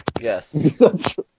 Yes